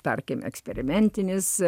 tarkim eksperimentinis